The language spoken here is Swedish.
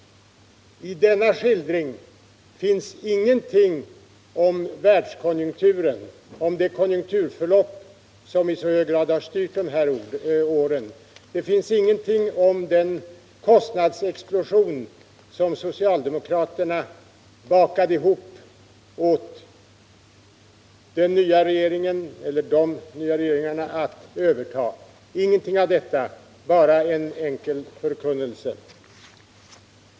I denna skildring finns ingenting om världskonjunkturen, om det konjunkturförlopp som i så hög grad har styrt utvecklingen. Det finns ingenting om den kostnadsexplosion som socialdemokraterna bakade ihop och som de nya regeringarna fick överta. Ingenting av detta — bara en enkel förkunnelse.